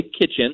kitchen